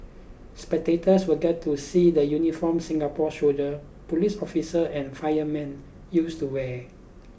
spectators will get to see the uniforms Singapore's soldier police officer and firemen used to wear